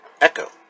Echo